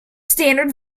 standard